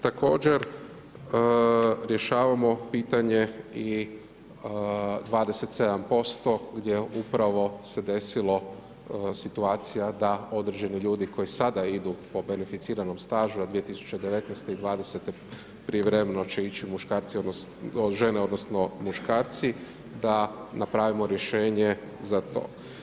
Također rješavamo pitanje i 27% gdje upravo se desilo situacija da određeni ljudi koji sada idu po beneficiranom stažu, a 2019. i dvadesete prijevremeno će ići muškarci, odnosno žene odnosno muškarci da napravimo rješenje za to.